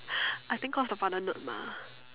I think cause the father nerd mah